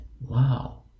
wow